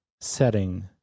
setting